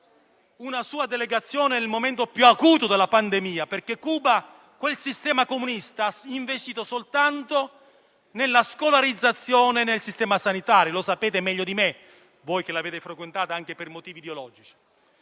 una sua delegazione nel momento più acuto della pandemia. A Cuba il sistema comunista ha investito soltanto nella scolarizzazione e nel sistema sanitario, come sapete meglio di me voi che l'avete frequentata anche per motivi ideologici.